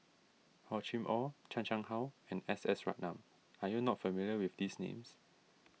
Hor Chim or Chan Chang How and S S Ratnam are you not familiar with these names